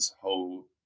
whole